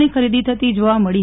ની ખરીદી થતી જોવા મળી હતી